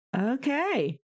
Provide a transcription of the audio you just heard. Okay